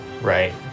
Right